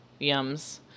yums